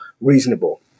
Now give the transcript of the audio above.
reasonable